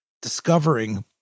discovering